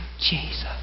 Jesus